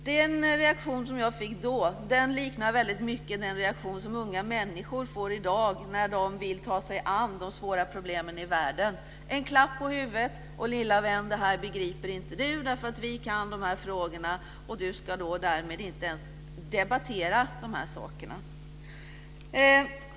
Den reaktion som jag fick då liknar väldigt mycket den reaktion som unga människor får i dag när de vill ta sig an de svåra problemen i världen - en klapp på huvudet och: Lilla vän, det här begriper inte du. Vi kan de här frågorna. Du ska inte ens debattera de här sakerna.